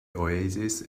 oasis